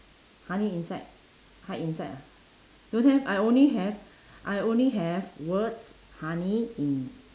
honey inside hide inside ah don't have I only have I only have words honey in